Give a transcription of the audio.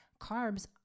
Carbs